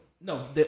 No